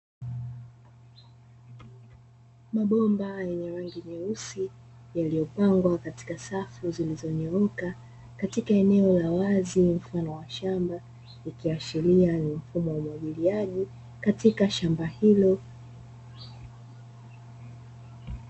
Mabomba yenye rangi nyeusi yaliyopangwa katika safu zilizonyooka, katika eneo la wazi mfano wa shamba, yakiashiria ni mfumo wa umwagiliaji katika shamba hilo.